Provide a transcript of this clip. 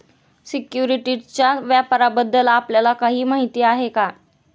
सिक्युरिटीजच्या व्यापाराबद्दल आपल्याला काही माहिती आहे का?